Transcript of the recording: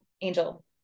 angel